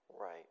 Right